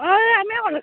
ହଁ ଆମେ